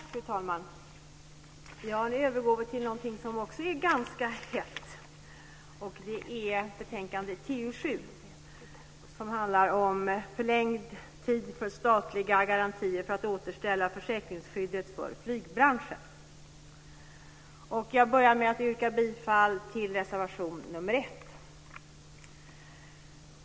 Fru talman! Nu övergår vi till något som också är ganska hett. Det är betänkande TU7, som handlar om förlängd tid för statliga garantier för att återställa försäkringsskyddet för flygbranschen. Jag börjar med att yrka bifall till reservation nr 1.